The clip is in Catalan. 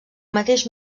mateix